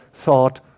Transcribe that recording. Thought